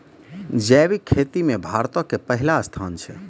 जैविक खेती मे भारतो के पहिला स्थान छै